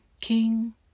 King